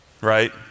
right